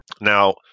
Now